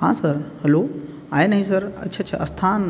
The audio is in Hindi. हाँ सर हलो आए नहीं सर अच्छा अच्छा स्थान